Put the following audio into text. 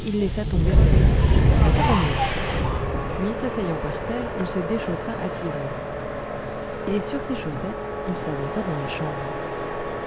il laissa tomber ces mots ça va mieux puis s'asseyant par terre il se déchaussa hâtivement et sur ses chaussettes il s'avança dans la chambre